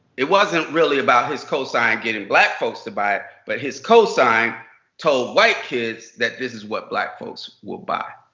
it wasn't really about his cosign getting black folks to buy it. but his cosign told white kids that this is what black folks will buy.